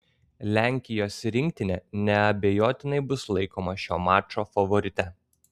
lenkijos rinktinė neabejotinai bus laikoma šio mačo favorite